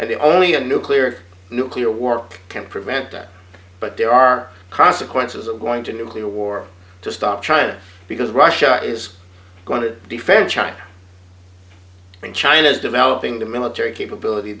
and the only a nuclear nuclear war can prevent that but there are consequences of going to nuclear war to stop china because russia is going to defend china and china is developing the military capability